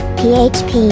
php